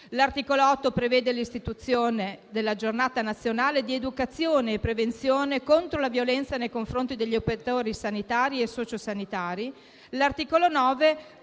L'articolo 8 prevede l'istituzione della "Giornata nazionale di educazione e prevenzione contro la violenza nei confronti degli operatori sanitari e sociosanitari". L'articolo 9